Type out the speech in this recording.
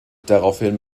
daraufhin